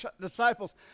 disciples